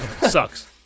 Sucks